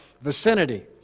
vicinity